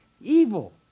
evil